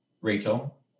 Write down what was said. Rachel